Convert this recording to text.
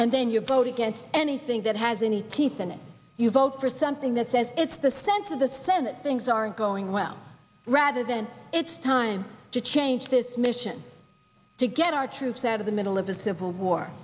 and then you vote against anything that has any teeth in it you vote for something that says it's the sense of the thing that things aren't going well rather then it's time to change this myth can to get our troops out of the middle of the civil war